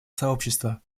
сообщества